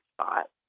spot